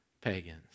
pagans